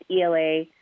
ela